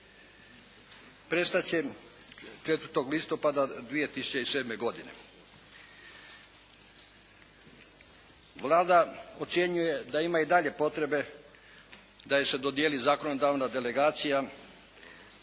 prestat će 4. listopada 2007. godine.